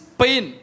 pain